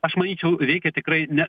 aš manyčiau reikia tikrai ne